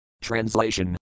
Translation